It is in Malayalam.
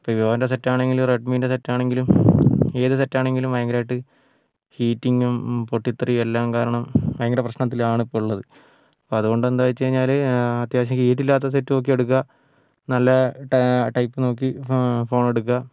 ഇപ്പോൾ വിവോൻ്റെ സെറ്റ് ആണെങ്കിലും റെഡ്മീൻ്റെ സെറ്റ് ആണെങ്കിലും ഏത് സെറ്റാണെങ്കിലും ഭയങ്കരമായിട്ട് ഹീറ്റിങ്ങും പൊട്ടിത്തെറിയും എല്ലാം കാരണം ഭയങ്കര പ്രശ്നത്തിലാണ് ഇപ്പോൾ ഉള്ളത് അപ്പോൾ അതുകൊണ്ട് എന്താണെന്നു വച്ചു കഴിഞ്ഞാൽ അത്യാവശ്യം ഹീറ്റില്ലാത്ത സെറ്റ് നോക്കി എടുക്കുക നല്ല ടൈപ്പ് നോക്കി ഫോണെടുക്കുക